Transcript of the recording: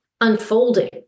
unfolding